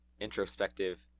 introspective